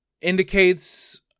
indicates